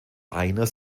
einer